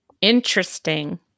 Interesting